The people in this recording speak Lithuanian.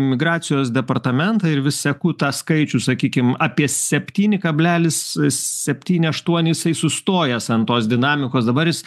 migracijos departamentą ir vis seku tą skaičių sakykim apie septyni kablelis septyni aštuoni jisai sustojęs ant tos dinamikos dabar jis